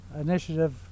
initiative